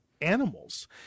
animals